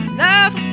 love